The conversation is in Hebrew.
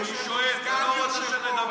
אני שואל, אתה לא רוצה שנדבר?